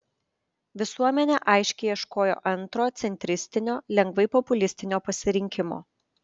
visuomenė aiškiai ieškojo antro centristinio lengvai populistinio pasirinkimo